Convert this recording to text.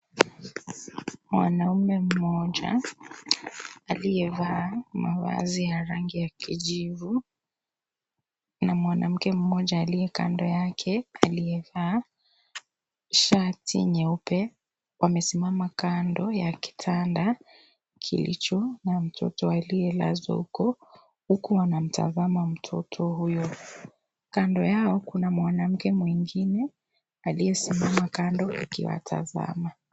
Mwanamume mmoja aliyevaa mavazi ya rangi ya kijivu na mwanamke mmoja aliye kando yake aliyevaa shati nyeupe wamesimama kando ya kitanda kilicho na mtoto aliyelazwa huko huku wanamtazama mtoto huyu. Kando yao kuna mwanamke mwengine aliyesimama kando akiwatazama.